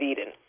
Eden